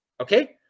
Okay